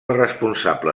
responsable